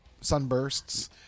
Sunbursts